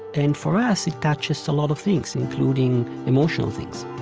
and for us, it touches a lot of things, including emotional things